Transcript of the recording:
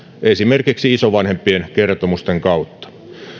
esimerkiksi isovanhempien kertomusten kautta